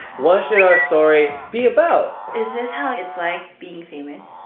what should our story be about? is this how it's like being famous?